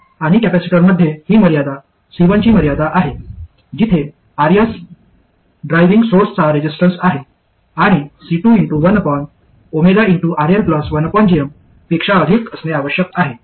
आणि कॅपेसिटरमध्ये ही मर्यादा C1 ची मर्यादा आहेत जिथे Rs ड्रायव्हिंग सोर्सचा रेसिस्टन्स आहे आणि C2 1RL पेक्षा अधिक असणे आवश्यक आहे